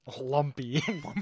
lumpy